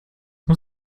ich